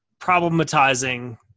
problematizing